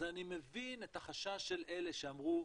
אז אני מבין את החשש של אלה שאמרו